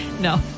No